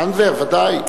לנדבר, ודאי.